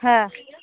হ্যাঁ